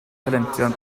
helyntion